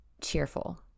cheerful